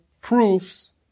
proofs